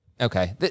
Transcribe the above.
Okay